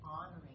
honoring